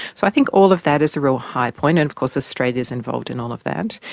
so i think all of that is a real high point and of course australia's involved in all of that.